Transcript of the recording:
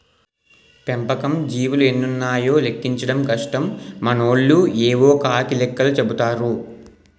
పెంపకం జీవులు ఎన్నున్నాయో లెక్కించడం కష్టం మనోళ్లు యేవో కాకి లెక్కలు చెపుతారు